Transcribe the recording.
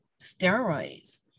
steroids